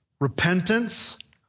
repentance